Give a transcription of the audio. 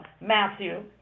Matthew